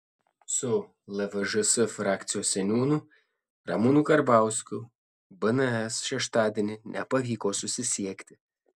su lvžs frakcijos seniūnu ramūnu karbauskiu bns šeštadienį nepavyko susisiekti